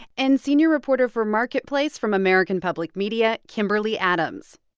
and senior reporter for marketplace from american public media, kimberly adams.